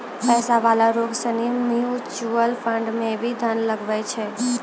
पैसा वाला लोग सनी म्यूचुअल फंड मे भी धन लगवै छै